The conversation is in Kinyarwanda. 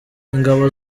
ingabo